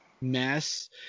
mess